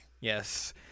Yes